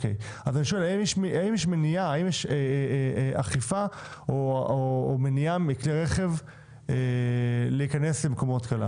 האם יש אכיפה או מניעה מכלי רכב להיכנס למקומות כאלה?